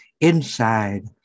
inside